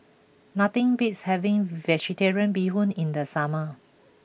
nothing beats having Vegetarian Bee Hoon in the summer